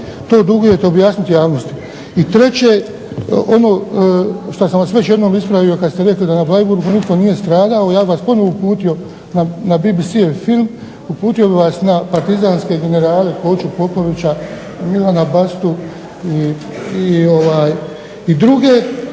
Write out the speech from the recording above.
to dugujete objasniti javnosti. I treće, ono šta sam vas već jednom ispravio kad ste rekli da na Bleiburgu nitko nije stradao. Ja bih vas ponovno uputio na BBC-ev film, uputio bih vas na partizanske generale Koču Popovića, Milana Bastu i druge